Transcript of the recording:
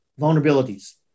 vulnerabilities